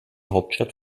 hauptstadt